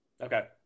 Okay